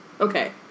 Okay